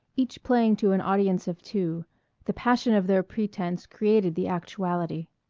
each playing to an audience of two the passion of their pretense created the actuality.